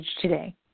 today